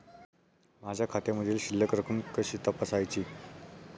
माझ्या खात्यामधील शिल्लक रक्कम कशी तपासायची?